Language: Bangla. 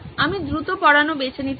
আমি দ্রুত পড়ানো বেছে নিতে পারি